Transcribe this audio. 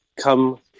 come